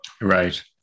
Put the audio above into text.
Right